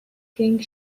king